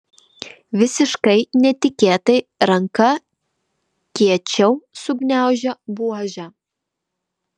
visiškai netikėtai ranka kiečiau sugniaužė buožę